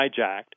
hijacked